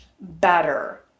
better